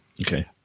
Okay